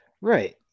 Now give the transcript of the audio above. Right